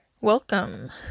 welcome